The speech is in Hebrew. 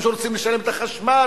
אנשים שרוצים לשלם את החשמל,